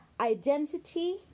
identity